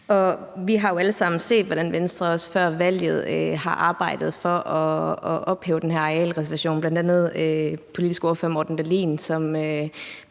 Vi har jo alle sammen set, hvordan Venstre også før valget har arbejdet for at ophæve den her arealreservation, bl.a. den politiske ordfører, Morten Dahlin,